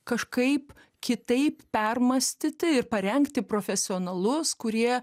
kažkaip kitaip permąstyti ir parengti profesionalus kurie